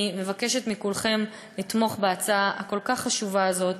אני מבקשת מכולכם לתמוך בהצעה הכל-כך חשובה הזאת,